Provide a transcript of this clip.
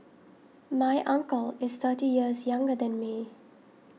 my uncle is thirty years younger than me